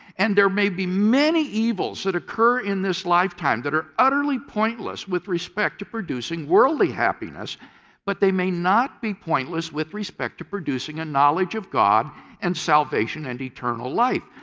and there may be many evils that occur in this lifetime that are utterly pointless with respect to producing worldly happiness but they may not be pointless with respect to producing a knowledge of god and salvation and eternal life.